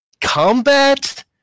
combat